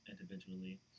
individually